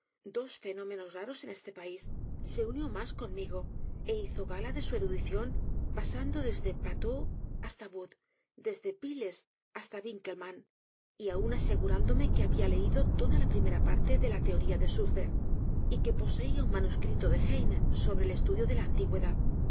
dos fenómenos raros en este país se unió mas conmigo é hizo gala de su erudición pasando desde batteux hasta vood desde piles hasta vinkelniann y aun asegurándome que habia leído toda la primera parte de la teoría de suteer y que poseía un manuscrito de heine sobre el estudio de la antigüedad